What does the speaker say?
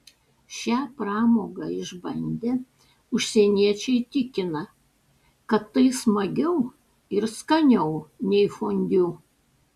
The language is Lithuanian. šią pramogą išbandę užsieniečiai tikina kad tai smagiau ir skaniau nei fondiu